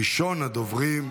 ראשון הדוברים,